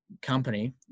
company